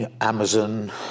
Amazon